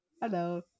Hello